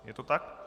Je to tak?